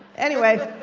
anyway.